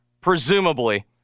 presumably